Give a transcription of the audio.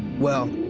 well,